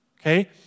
okay